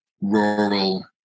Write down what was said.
rural